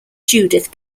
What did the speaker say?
judith